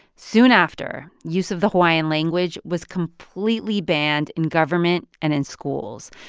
soon after, use of the hawaiian language was completely banned in government and in schools.